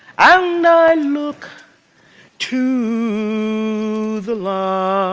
i look to the light